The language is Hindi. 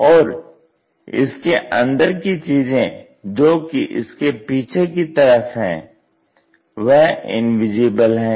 और इसके अंदर की चीजें जोकि इसके पीछे की तरफ है वह इनविजिबल हैं